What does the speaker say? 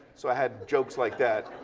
so i had jokes like that.